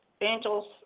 angels